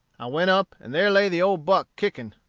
i went up, and there lay the old buck kicking.